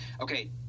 okay